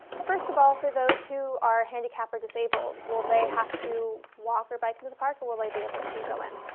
first of all, for those who are handicapped or disabled, will they have to walk or bike into the park and will they be able to go in?